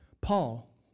Paul